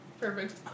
Perfect